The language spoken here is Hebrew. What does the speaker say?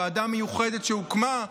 ועדה מיוחדת שהוקמה,